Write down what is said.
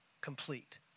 complete